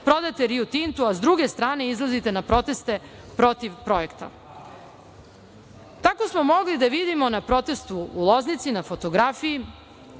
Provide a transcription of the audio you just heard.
prodate Riu Tintu, a s druge strane, izlazite na proteste protiv projekta. Tako smo mogli da vidimo na protestu u Loznici na fotografiji